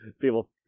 People